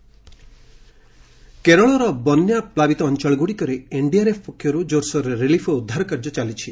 Kerala flood କେରଳର ବନ୍ୟା ପ୍ଲାବିତ ଅଞ୍ଚଳଗୁଡ଼ିକରେ ଏନ୍ଡିଆର୍ଏଫ୍ ପକ୍ଷରୁ ଜୋରସୋରରେ ରିଲିଫ୍ ଓ ଉଦ୍ଧାରକାର୍ଯ୍ୟ ଚାଲିଛି